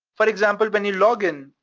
for example, when you log in,